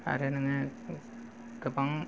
आरो नोङो गोबां